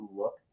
look